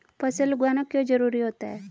फसल उगाना क्यों जरूरी होता है?